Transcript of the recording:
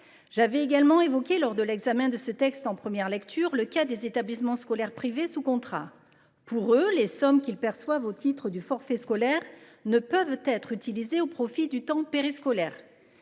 J’avais également évoqué, lors de l’examen de ce texte en première lecture, le cas des établissements scolaires privés sous contrat. Les sommes qu’ils perçoivent au titre du forfait scolaire ne peuvent être utilisées au profit du temps périscolaire.